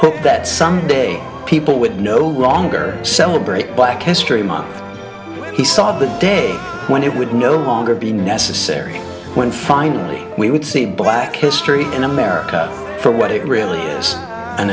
hope that someday people would no longer celebrate black history month he saw the day when it would no longer be necessary when finally we would see black history in america for what it really is an